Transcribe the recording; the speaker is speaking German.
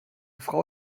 frau